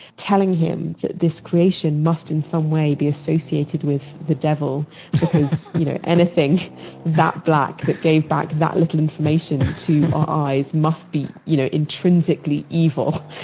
telling him that this creation must in some way be associated with the devil because you know anything that black that gave back that little information to our eyes must be you know intrinsically evil